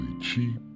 cheap